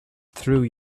through